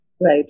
Right